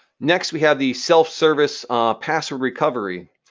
next, we have the self-service password recovery.